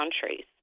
countries